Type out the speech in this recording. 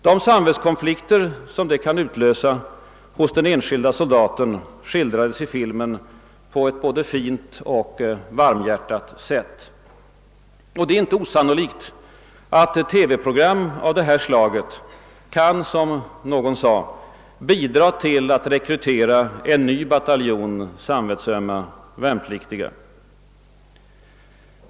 De samvetskonflikter, som det kan utlösa hos den enskilde soldaten, skildrades i filmen på ett både fint och varmhjärtat sätt. Det är inte osannolikt att TV-program av detta slag kan — som någon sagt — bidra till att rekrytera en ny bataljon samvetsömma värnpliktiga.